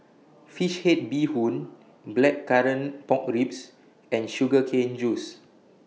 Fish Head Bee Hoon Blackcurrant Pork Ribs and Sugar Cane Juice